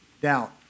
Doubt